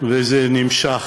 וזה נמשך